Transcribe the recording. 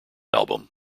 album